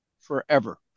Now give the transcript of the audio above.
forever